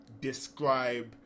describe